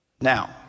Now